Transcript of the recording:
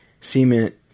cement